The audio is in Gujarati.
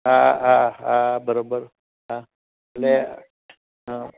હાં હાં હાં બરોબર હાં એટલે હાં